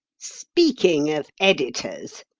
speaking of editors,